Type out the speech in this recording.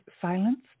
silenced